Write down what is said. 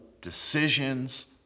decisions